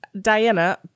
Diana